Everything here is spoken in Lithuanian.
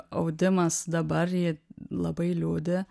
audimas dabar ji labai liūdi